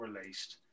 released